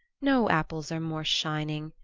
no apples are more shining,